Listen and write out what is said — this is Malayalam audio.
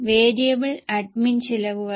അതിനാൽ ഈ 10 ശതമാനത്തിന് അടിവരയിടുക